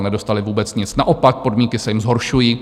Nedostali vůbec nic, naopak, podmínky se jim zhoršují.